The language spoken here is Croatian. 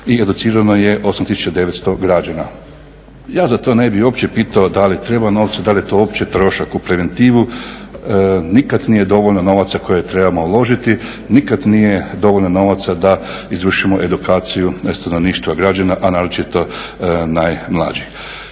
i educirano je 8900 građana. Ja za to ne bih uopće pitao da li treba novce, da li je to opće trošak u preventivu, nikada nije dovoljno novaca koje trebamo ložiti, nikada nije dovoljno novaca da izvršimo edukaciju stanovništva građana a naročito najmlađih.